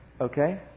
Okay